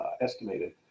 estimated